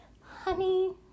honey